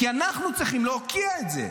כי אנחנו צריכים להוקיע את זה.